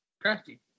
Crafty